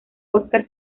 óscar